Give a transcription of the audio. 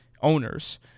owners